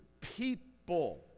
people